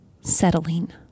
settling